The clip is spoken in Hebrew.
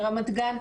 לרמת גן,